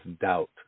doubt